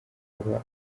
aba